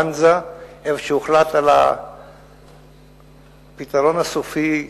ואנזה, שבו הוחלט על "הפתרון הסופי",